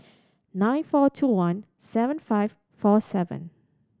nine four two one seven five four seven